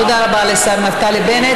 תודה רבה לשר נפתלי בנט.